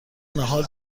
ناهار